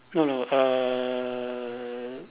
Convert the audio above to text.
no no err